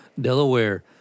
Delaware